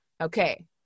okay